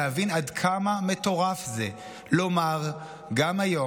להבין עד כמה מטורף זה לומר גם היום,